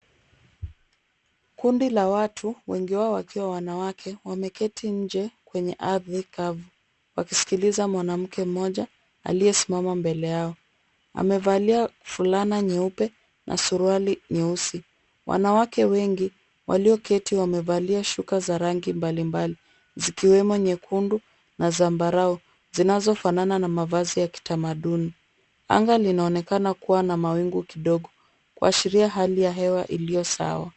Kundi la watu wengi wao wakiwa wanawake, wameketi nje kwenye ardhi kavu, wakisikiliza mwanamke mmoja aliyesimama mbele yao. Amevalia fulana nyeupe na suruali nyeusi. Wanawake wengi walioketi wamevalia shuka za rangi mbalimbali zikiwemo nyekundu na zambarau zinazofanana na mavazi ya kitamaduni. Anga linaonekana kuwa na mawingu kidogo, kuashiria hali ya hewa iliyo sawa.